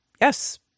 Yes